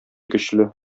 көчле